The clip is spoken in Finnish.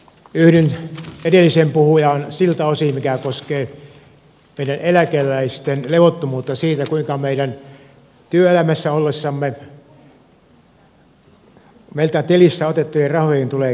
yhdyn edelliseen puhujaan siltä osin mikä koskee meidän eläkeläistemme levottomuutta siitä kuinka tulee käymään rahoille jotka otettiin meiltä tilistä meidän ollessamme työelämässä